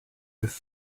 with